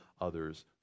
others